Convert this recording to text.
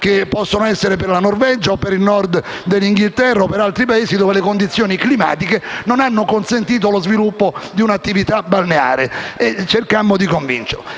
che possono avere per la Norvegia o per il Nord della Gran Bretagna o per altri Paesi dove le condizioni climatiche non hanno consentito lo sviluppo di un'attività balneare. In questi anni, il